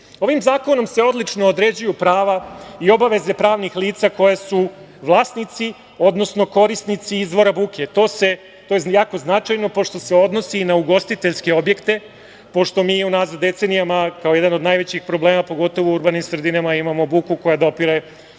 zakonom se odlično određuju prava i obaveze pravnih lica koja su vlasnici, odnosno korisnici izvora buke. To je jako značajno pošto se odnosi i na ugostiteljske objekte, pošto mi unazad decenijama kao jedan od najvećih problema, pogotovo u urbanim sredinama, imamo buku koja dopire